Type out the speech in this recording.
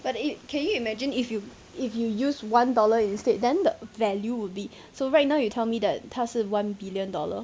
but it can you imagine if you if you use one dollar instead then the value would be so right now you tell me that 他是 one billion dollar